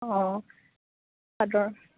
অঁ চাদৰ